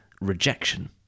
rejection